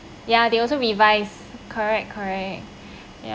ya they also revise correct correct ya